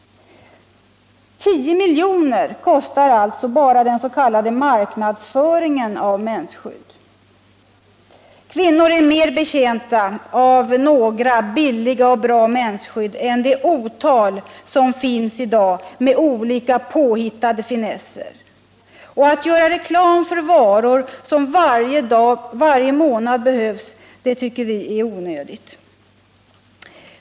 10 milj.kr. kostar alltså bara den s.k. marknadsföringen av mensskydd. Kvinnorna är mer betjänta av några men billiga och bra mensskydd i stället för det otal mensskydd som finns i dag med olika påhittade finesser. Att göra reklam för varor som är nödvändiga varje månad tycker vi är onödigt.